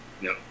No